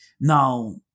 Now